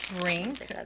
Drink